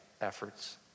efforts